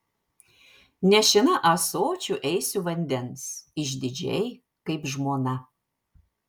nešina ąsočiu eisiu vandens išdidžiai kaip žmona